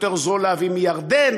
יותר זול להביא מירדן,